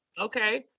Okay